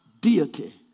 deity